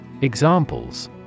Examples